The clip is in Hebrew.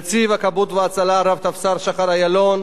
נציב הכבאות וההצלה, רב-טפסר שחר איילון,